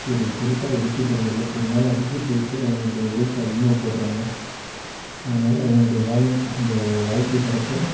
ஒரு பொருட்டாக எடுத்துக்கிறது இல்லை இருந்தாலும் அதுக்கும் சேர்த்து அவங்களுடைய உழைப்ப அதிகமாக போடுறாங்க அதனால அவங்களுடைய வாழ் இந்த வாழ்க்கை தரத்தை